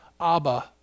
Abba